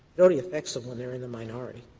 it only affects them when they're in the minority?